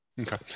Okay